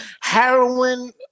heroin